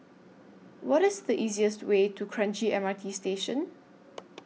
What IS The easiest Way to Kranji M R T Station